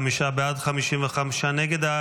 45 בעד, 55 נגד.